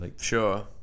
sure